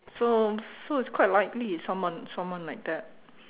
so so it's quite likely it's someone someone like that